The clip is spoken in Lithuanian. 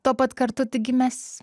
tuo pat kartu taigi mes